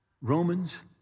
Romans